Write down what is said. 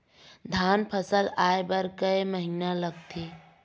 धान फसल आय बर कय महिना लगथे?